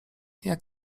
jak